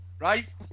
right